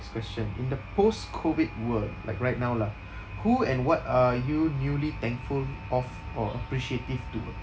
question in the post COVID-world like right now lah who and what are you newly thankful of or appreciative towards